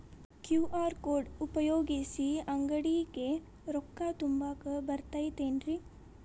QR code ಉಪಯೋಗಿಸಿ, ಅಂಗಡಿಗೆ ರೊಕ್ಕಾ ತುಂಬಾಕ್ ಬರತೈತೇನ್ರೇ?